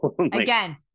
Again